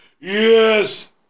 Yes